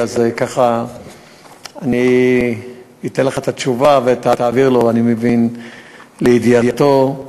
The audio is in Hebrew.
אז אני אתן לך את התשובה ואני מבין שאתה תעביר לידיעתו,